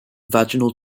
vaginal